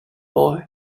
boy